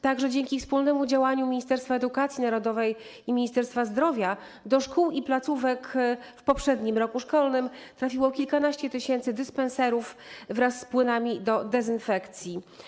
Także dzięki wspólnemu działaniu Ministerstwa Edukacji Narodowej i Ministerstwa Zdrowia do szkół i placówek w poprzednim roku szkolnym trafiło kilkanaście tysięcy dyspenserów wraz z płynami do dezynfekcji.